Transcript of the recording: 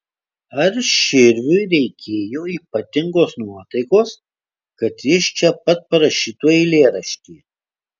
ar širviui reikėjo ypatingos nuotaikos kad jis čia pat parašytų eilėraštį